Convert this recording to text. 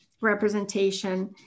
representation